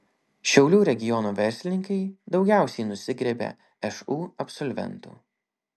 šiaulių regiono verslininkai daugiausiai nusigriebia šu absolventų